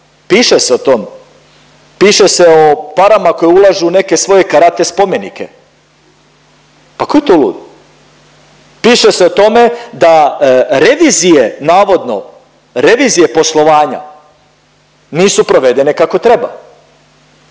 piše se o tome, piše se o parama koje ulažu u neke svoje karate spomenike, pa ko je tu lud, piše se o tome da revizije navodno revizije poslovanja nisu provedene kako treba